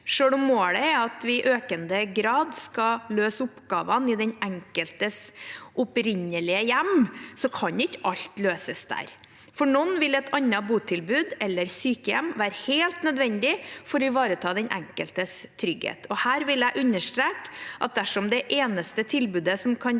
Selv om målet er at vi i økende grad skal løse oppgavene i den enkeltes opprinnelige hjem, kan ikke alt løses der. For noen vil et annet botilbud eller sykehjem være helt nødvendig for å ivareta den enkeltes trygghet. Her vil jeg understreke at dersom det eneste tilbudet som kan